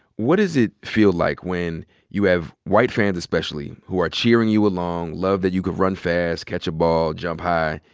what does it feel like when you have white fans especially who are cheering you along, love that you can run fast, catch a ball, jump high,